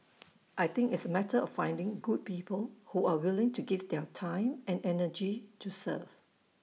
I think it's A matter of finding good people who are willing to give their time and energy to serve